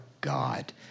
God